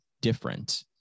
different